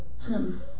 Ten